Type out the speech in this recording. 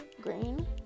green